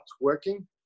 working